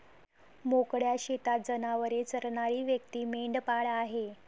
मोकळ्या शेतात जनावरे चरणारी व्यक्ती मेंढपाळ आहे